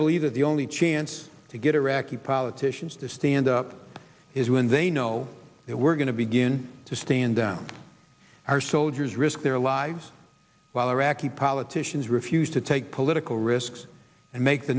believe that the only chance to get iraqi politicians to stand up is when they know that we're going to begin to stand down our soldiers risk their lives while iraqi politicians refuse to take political risks and make the